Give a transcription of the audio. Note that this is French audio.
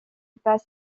passe